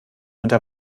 unter